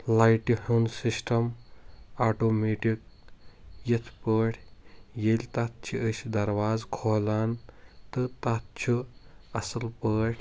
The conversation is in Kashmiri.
لایٹہِ ہُنٛد سسٹم آٹومیٹِک یِتھ پٲٹھۍ ییٚلہِ تتھ چھِ أسۍ درواز کھولان تہٕ تتھ چھُ اصل پٲٹھۍ